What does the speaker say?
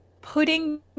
putting